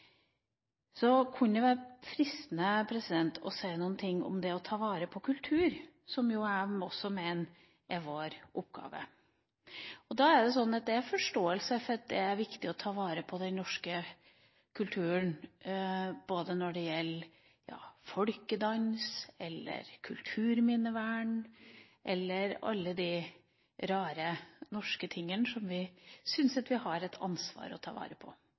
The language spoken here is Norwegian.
så klart, og den utfordringa har vi begynt å jobbe med i vårt alternative statsbudsjett. Det kunne vært fristende å si noe om det å ta vare på kultur, som jeg mener også er vår oppgave. Det er forståelse for at det er viktig å ta vare på den norske kulturen, både folkedans, kulturminnevern og alle de rare norske tingene som vi syns at vi har et ansvar for å ta vare på.